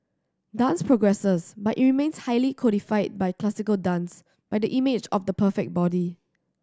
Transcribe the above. dance progresses but it remains highly codified by classical dance by the image of the perfect body